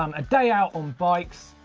um a day out on bikes,